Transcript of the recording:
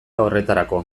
horretarako